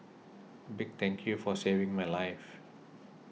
a big thank you for saving my life